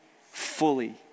fully